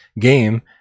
game